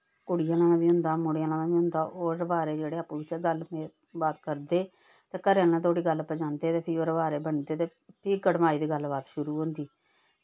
कुड़ी आह्लें दा बी होंदा मुड़े आह्लें दा बी होंदा ओह् रबारे जेह्ड़े आपूं बिच्चे गल्ल बात करदे ते घर आह्लें धोड़ी गल्ल पजांदे ते फ्ही ओह् रबारे बनदे फ्ही कड़माई दी गल्ल बात शुरू होंदी